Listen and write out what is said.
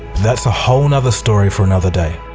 that's a whole nother story for another day.